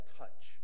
touch